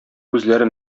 күзләре